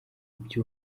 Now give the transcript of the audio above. ibyo